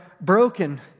broken